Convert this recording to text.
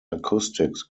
acoustics